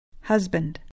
Husband